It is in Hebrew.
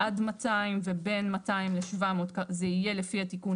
עד 200 ובין 200 ל-700 זה יהיה לפי התיקון.